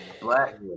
Black